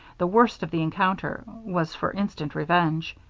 the worst of the encounter, was for instant revenge.